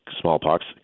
smallpox